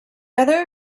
other